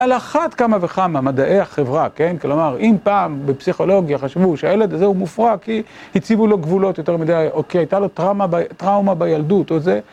על אחת כמה וכמה מדעי החברה, כן? כלומר, אם פעם בפסיכולוגיה חשבו שהילד הזה הוא מופרע כי הציבו לו גבולות יותר מדי, או כי הייתה לו טראומה בילדות, או זה.